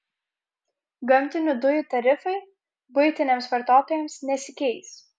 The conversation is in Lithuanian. gamtinių dujų tarifai buitiniams vartotojams nesikeis